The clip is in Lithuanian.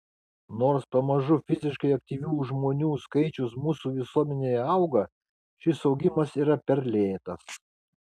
nors pamažu fiziškai aktyvių žmonių skaičius mūsų visuomenėje auga šis augimas yra per lėtas